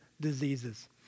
diseases